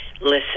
listen